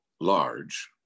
large